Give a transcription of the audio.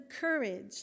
courage